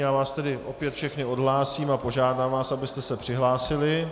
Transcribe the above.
Já vás tedy opět všechny odhlásím a požádám vás, abyste se přihlásili.